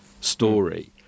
story